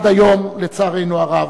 לצערנו הרב,